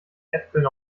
äpfeln